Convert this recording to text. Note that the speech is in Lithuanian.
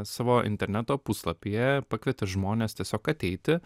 savo interneto puslapyje pakvietė žmones tiesiog ateiti